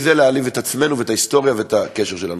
כי זה להעליב את עצמנו ואת ההיסטוריה ואת הקשר שלנו.